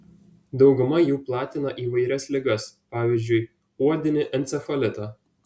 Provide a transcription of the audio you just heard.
dauguma jų platina įvairias ligas pavyzdžiui uodinį encefalitą